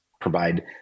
provide